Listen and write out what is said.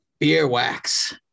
Beerwax